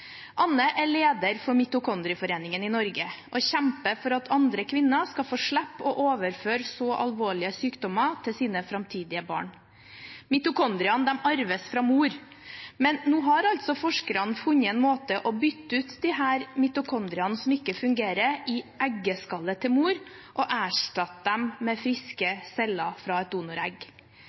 Anne er leder for Mitokondrieforeningen i Norge og kjemper for at andre kvinner skal få slippe å overføre så alvorlige sykdommer til sine framtidige barn. Mitokondriene arves fra mor, men nå har forskerne funnet en måte for å bytte ut disse mitokondriene som ikke fungerer, i eggeskallet til mor og erstatte dem med friske celler fra et donoregg.